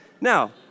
Now